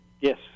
Yes